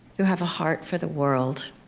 who have a heart for the world,